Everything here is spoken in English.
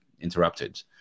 interrupted